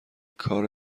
کار